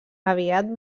aviat